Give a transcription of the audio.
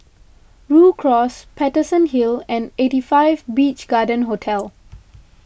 Rhu Cross Paterson Hill and eighty five Beach Garden Hotel